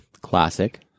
Classic